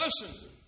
Listen